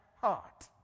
heart